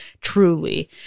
Truly